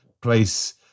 place